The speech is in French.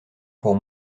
pour